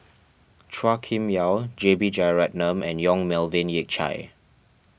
Chua Kim Yeow J B Jeyaretnam and Yong Melvin Yik Chye